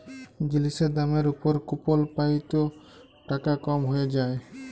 জিলিসের দামের উপর কুপল পাই ত টাকা কম হ্যঁয়ে যায়